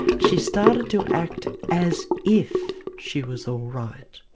she started to act as if she was all right,